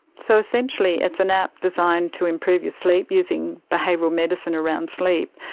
so essentially it's an app designed to improve your sleep using behavioural medicine around sleep,